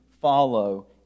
follow